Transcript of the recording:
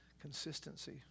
consistency